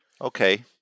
Okay